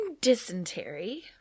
dysentery